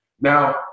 Now